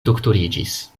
doktoriĝis